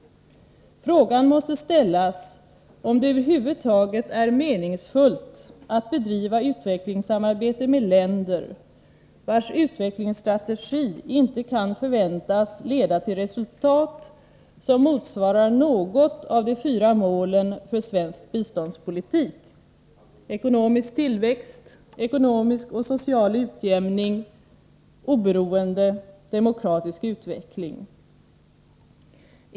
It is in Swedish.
Frågan måste ställas, om det över huvud taget är meningsfullt att bedriva utvecklingssamarbete med länder, vilkas utvecklingsstrategi inte kan förväntas leda till resultat, som motsvarar något av de fyra målen för svensk biståndspolitik: ekonomisk tillväxt, ekonomisk och social utjämning, oberoende samt demokratisk utveckling.